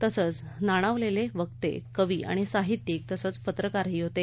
तसंच नाणवलेले वक्ते कवी आणि साहित्यिक तसंच पत्रकारही होते